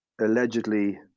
Allegedly